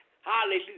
Hallelujah